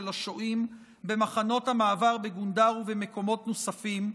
השוהים במחנות המעבר בגונדר ובמקומות נוספים,